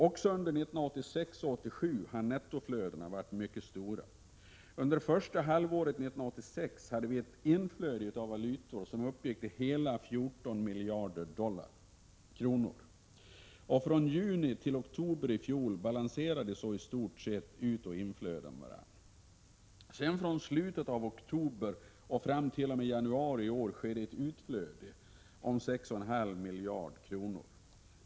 Också under 1986 och 1987 har nettoflödena varit mycket stora. Under första halvåret 1986 hade vi ett inflöde av valutor som uppgick till hela 14 miljarder kronor. Från juni till oktober i fjol balanserade i stort sett utoch inflöden varandra. Från slutet av oktober fram t.o.m. januari i år skedde ett utflöde på 6,5 miljarder kronor.